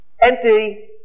empty